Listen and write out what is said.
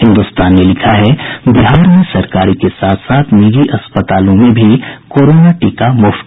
हिन्दुस्तान ने लिखा है बिहार में सरकारी के साथ साथ निजी अस्पतालों में भी कोरोना टीका मुफ्त